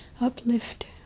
uplift